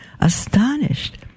Astonished